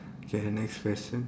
okay next question